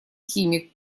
химик